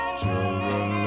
children